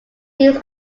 needs